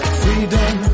freedom